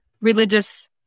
Religious